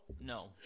No